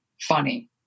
funny